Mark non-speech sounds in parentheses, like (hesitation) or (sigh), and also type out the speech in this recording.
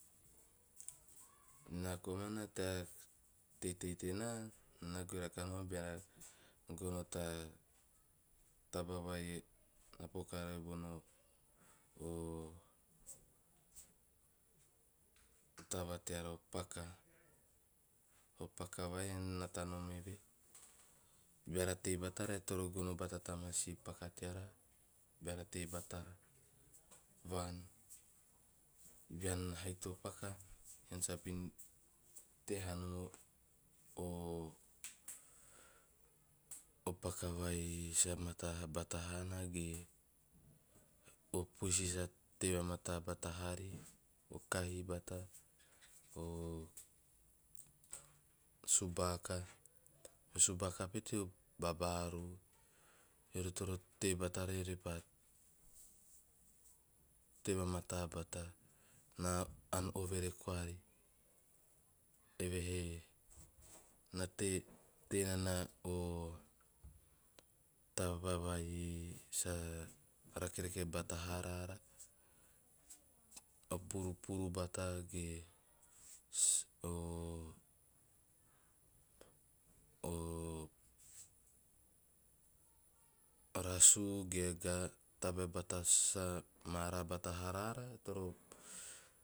Na komana teitei tena, naa na goe rakaha nom beara gono ta, taba vai na poka riori bono, o taba teara o paka, o paka vai ean na nata nom eve. Beara tei batara eara toro gono bata ta masi paka, beara tei batara, vaan. Bean haiki to paka ean sabon tei hanom (hesitation) paka vai sa mataa ha bata haana ge, o paisi sa tei vamata bata haari, to kahi bata, o subaka, o subaka pete o bararu, eori toro tei batari repa, tei vamata bata, na aan overe koari. Evehe na tei nana o taba va ei sa rakerake bata raara, o purupuru bata ge (noise) (hesitation) o rasu ge ga o taba bata sa mara bata haaraara eara toro